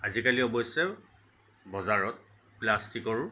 আজিকালি অৱশ্য়ে বজাৰত প্লাষ্টিকৰো